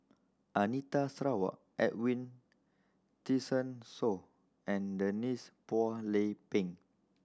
Anita Sarawak Edwin Tessensohn and Denise Phua Lay Peng